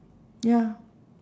ya